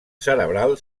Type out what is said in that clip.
cerebral